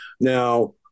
Now